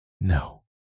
No